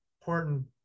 important